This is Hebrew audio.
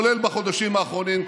כולל בחודשים האחרונים,